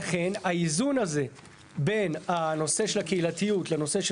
לכן האיזון הזה בין הנושא של הקהילתיות לנושא של